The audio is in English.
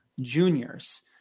juniors